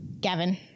Gavin